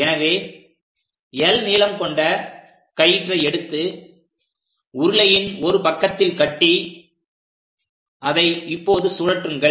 எனவே l நீளம் கொண்ட கயிற்றை எடுத்து உருளையின் ஒரு பக்கத்தில் கட்டி அதை இப்போது சுழற்றுங்கள்